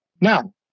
Now